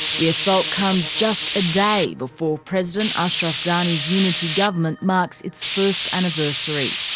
the assault comes just a day before president ashraf ghani's unity government marks its first anniversary.